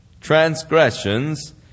transgressions